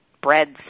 breads